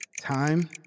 Time